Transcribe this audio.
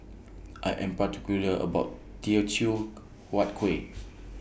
I Am particular about Teochew Huat Kuih